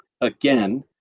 again